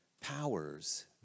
powers